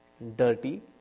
dirty